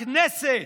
הכנסת.